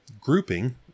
grouping